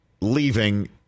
leaving